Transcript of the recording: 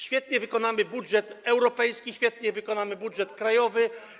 Świetnie wykonamy budżet europejski, świetnie wykonamy budżet krajowy.